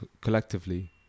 collectively